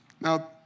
Now